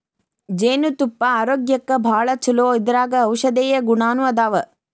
ಜೇನತುಪ್ಪಾ ಆರೋಗ್ಯಕ್ಕ ಭಾಳ ಚುಲೊ ಇದರಾಗ ಔಷದೇಯ ಗುಣಾನು ಅದಾವ